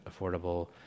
affordable